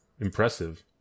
Impressive